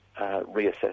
reassess